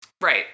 Right